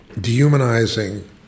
dehumanizing